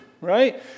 Right